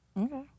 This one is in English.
Okay